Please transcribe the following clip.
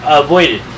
avoided